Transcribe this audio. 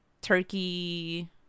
Turkey